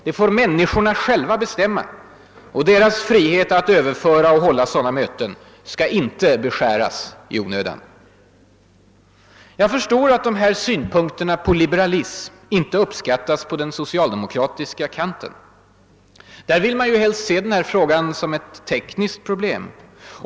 Det får människorna själva bestämma — och deras frihet att överföra och hålla sådana möten skall inte beskäras i onödan. Jag förstår att dessa synpunkter på liberalism inte uppskattas på den socialdemokratiska kanten. Där vill man helst se denna fråga som ett tekniskt problem.